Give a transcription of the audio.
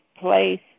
place